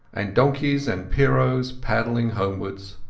and donkeys and pierrots padding homewards.